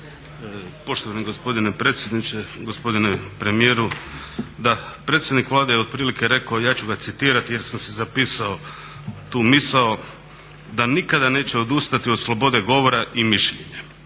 Poštovani gospodine predsjedniče, gospodine premijeru. Da, predsjednik Vlade je otprilike rekao, ja ću ga citirati jer sam si zapisao tu misao: "da nikada neće odustati od slobode govora i mišljenja".